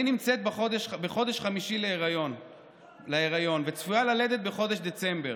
אני נמצאת בחודש חמישי להיריון וצפויה ללדת בחודש דצמבר.